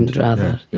and rather,